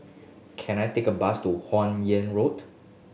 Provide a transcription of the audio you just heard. can I take a bus to Huan Yeng Road